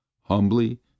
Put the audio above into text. humbly